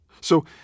So